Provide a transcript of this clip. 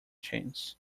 chance